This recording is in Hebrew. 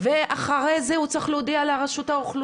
ואחרי זה הוא צריך להודיע למתפ"ש,